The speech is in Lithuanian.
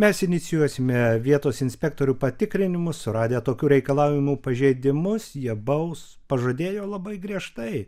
mes inicijuosime vietos inspektorių patikrinimus suradę tokių reikalavimų pažeidimus jie baus pažadėjo labai griežtai